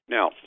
Now